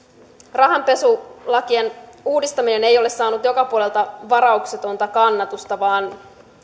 rahanpesulakien uudistaminen ei ole saanut joka puolelta varauksetonta kannatusta vaan